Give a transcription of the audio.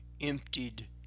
emptied